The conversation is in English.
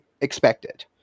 expected